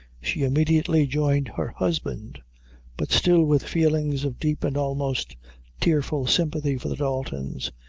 she immediately joined her husband but still with feelings of deep and almost tearful sympathy for the daltons.